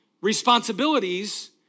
responsibilities